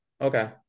okay